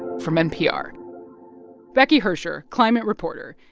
from npr becky hersher, climate reporter,